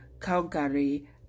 Calgary